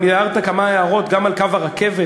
הערת גם כמה הערות גם על קו הרכבת,